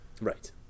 right